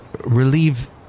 relieve